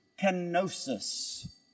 kenosis